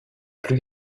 plus